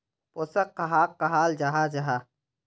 पोषण कहाक कहाल जाहा जाहा?